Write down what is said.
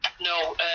No